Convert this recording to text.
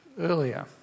earlier